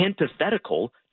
antithetical